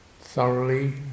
thoroughly